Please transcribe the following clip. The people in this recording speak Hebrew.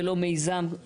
ולא מיזם,